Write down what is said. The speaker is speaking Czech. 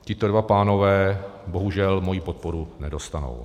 Tito dva pánové bohužel moji podporu nedostanou.